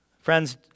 Friends